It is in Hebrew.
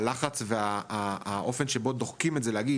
הלחץ והאופן שוב דוחקים את זה להגיד,